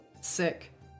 Sick